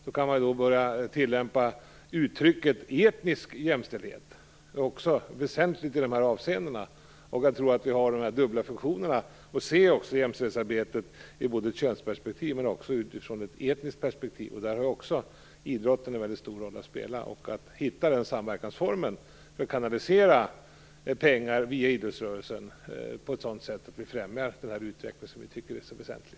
Man kan kanske börja använda uttrycket etnisk jämställdhet. Det är också väsentligt i de här avseendena. Jag tror att vi har dessa dubbla funktioner att se jämställdhetsarbetet både i ett könsperspektiv och i ett etniskt perspektiv. Där har idrotten en mycket stor roll att spela. Det gäller att hitta en samverkansform för att kanalisera pengar via idrottsrörelsen på ett sådant sätt att vi främjar den här utvecklingen som vi tycker är så väsentlig.